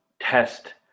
test